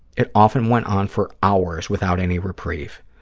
it often went on for hours without any reprieve.